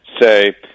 say